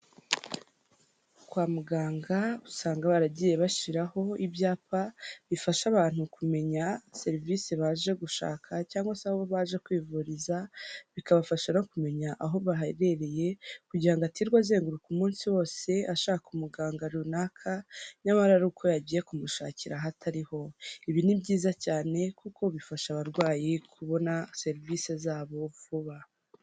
Kwamuganga, usanga baragiye bashyiraho ibyapa, bifasha abantu kumenya serivisi baje gushaka, cyangwa se aho baje kwivuriza, bikabafasha rero kumenya aho baherereye, kugirango atirwa azenguruka umunsi wose ashaka umuganga runaka nyamara aruko yagiye kumushakira ahatariho. Ibi ni byiza cyane, kuko bifasha abarwayi kubona serivisi zabo vuba.